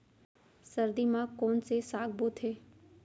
सर्दी मा कोन से साग बोथे?